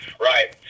right